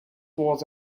was